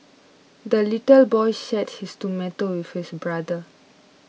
the little boy shared his tomato with his brother